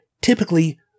typically